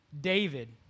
David